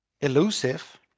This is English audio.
elusive